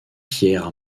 pierre